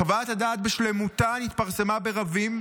חוות הדעת בשלמותה נתפרסמה ברבים,